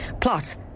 plus